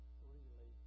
freely